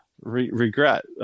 Regret